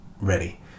ready